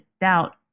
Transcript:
doubt